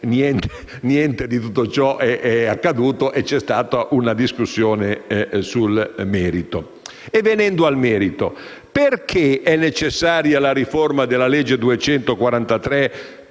niente di tutto ciò è accaduto e c'è stata una discussione sul merito. Venendo al merito, perché è necessaria la riforma della legge n.